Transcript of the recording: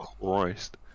Christ